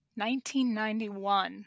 1991